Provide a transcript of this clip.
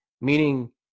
Meaning